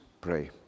pray